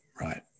right